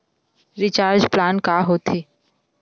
Recharge plan का होथे?